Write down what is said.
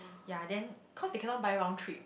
yea then cause they cannot buy round trip